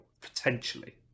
potentially